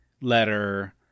letter